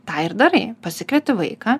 tą ir darai pasikvieti vaiką